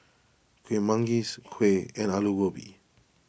Kueh Manggis Kuih and Aloo Gobi